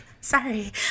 sorry